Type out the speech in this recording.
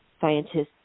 scientists